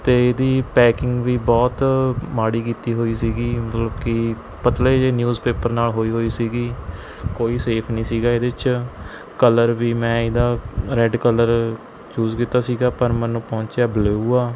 ਅਤੇ ਇਹਦੀ ਪੈਕਿੰਗ ਵੀ ਬਹੁਤ ਮਾੜੀ ਕੀਤੀ ਹੋਈ ਸੀਗੀ ਮਤਲਬ ਕਿ ਪਤਲੇ ਜਿਹੇ ਨਿਊਜ਼ਪੇਪਰ ਨਾਲ਼ ਹੋਈ ਹੋਈ ਸੀਗੀ ਕੋਈ ਸੇਫ ਨਹੀਂ ਸੀਗਾ ਇਹਦੇ 'ਚ ਕਲਰ ਵੀ ਮੈਂ ਇਹਦਾ ਰੈੱਡ ਕਲਰ ਚੂਜ਼ ਕੀਤਾ ਸੀਗਾ ਪਰ ਮੈਨੂੰ ਪਹੁੰਚਿਆ ਬਲੂ ਆ